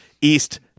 East